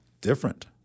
different